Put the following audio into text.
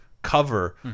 cover